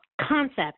concept